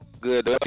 Good